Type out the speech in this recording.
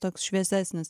toks šviesesnis